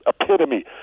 epitome